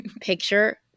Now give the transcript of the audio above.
picture